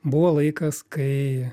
buvo laikas kai